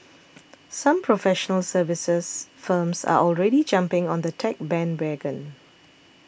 some professional services firms are already jumping on the tech bandwagon